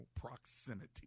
proximity